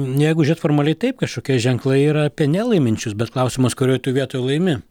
jeigu žiūrėt formaliai taip kažkokie ženklai yra apie nelaiminčius bet klausimas kurioj tu vietoj laimi